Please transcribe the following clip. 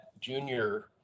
junior